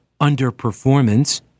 underperformance